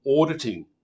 auditing